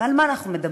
ועל מה אנחנו מדברים?